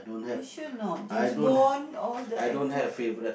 are you sure or not James-Bond all the actors